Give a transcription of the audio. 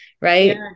right